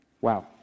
Wow